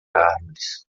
árvores